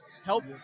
help